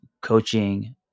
coaching